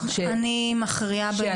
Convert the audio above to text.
אני מכריעה בעניין הזה,